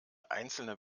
einzelne